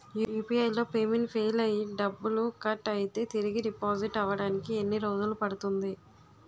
UPI లో payment fail అయ్యి డబ్బులు కట్ అయితే తిరిగి డిపాజిట్ అవ్వడానికి ఎన్ని రోజులు పడుతుంది?